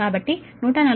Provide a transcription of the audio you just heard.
కాబట్టి 148